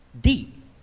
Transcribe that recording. deep